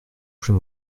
plus